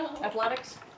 Athletics